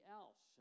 else